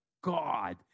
God